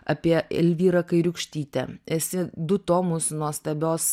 apie elvyrą kairiūkštytę esi du tomus nuostabios